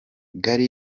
gary